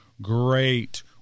Great